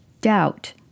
doubt